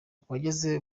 wageze